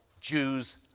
Jews